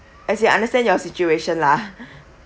as we understand your situation lah